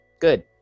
Good